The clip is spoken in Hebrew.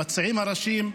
למציעים הראשיים,